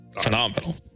phenomenal